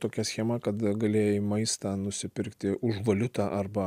tokia schema kad galėjai maistą nusipirkti už valiutą arba